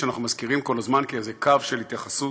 שאנחנו מזכירים כל הזמן כאיזה קו של התייחסות,